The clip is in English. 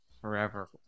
Forever